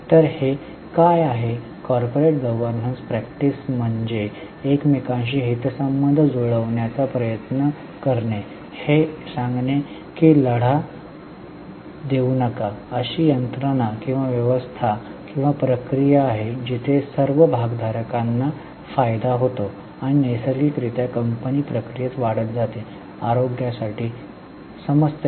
तर हे काय आहे कॉर्पोरेट गव्हर्नन्स प्रॅक्टिस म्हणजे एकमेकांशी हितसंबंध जुळवण्याचा प्रयत्न करणे हे सांगणे की लढा देऊ नका अशी यंत्रणा किंवा व्यवस्था किंवा प्रक्रिया आहे जिथे सर्व भागधारकांना फायदा होतो आणि नैसर्गिक रित्या कंपनी प्रक्रियेत वाढत जाते आरोग्यासाठी समजत आहे